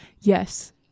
yes